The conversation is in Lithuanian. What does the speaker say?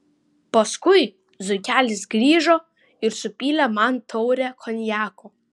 paskui zuikelis grįžo ir supylė man taurę konjako